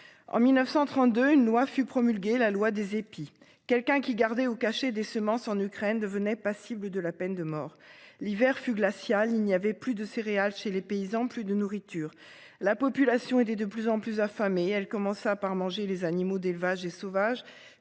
en 1932 une loi fut promulguée la loi des épis quelqu'un qui gardait ou caché des semences en Ukraine devenaient passibles de la peine de mort l'hiver fut glacial. Il n'y avait plus de céréales chez les paysans, plus de nourriture. La population était de plus en plus affamés elle commença par manger les animaux d'élevage et sauvages,